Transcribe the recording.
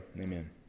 amen